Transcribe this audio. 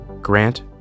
Grant